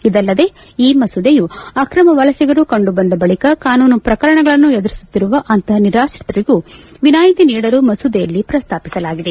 ಇದಲ್ಲದೆ ಈ ಮಸೂದೆಯೂ ಅಕ್ರಮ ವಲಸಿಗರು ಕಂಡು ಬಂದ ಬಳಿಕ ಕಾನೂನು ಪ್ರಕರಣಗಳನ್ನು ಎದುರಿಸುತ್ತಿರುವ ಅಂತಪ ನಿರಾತ್ರಿತರಿಗೂ ವಿನಾಯಿತಿ ನೀಡಲು ಮಸೂದೆಯಲ್ಲಿ ಪ್ರಸ್ತಾಪಿಸಲಾಗಿದೆ